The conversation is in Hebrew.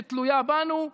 שתלויה בנו,